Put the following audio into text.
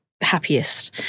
happiest